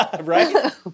Right